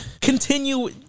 Continue